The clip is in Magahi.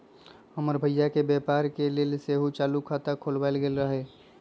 हमर भइया के व्यापार के लेल सेहो चालू खता खोलायल गेल रहइ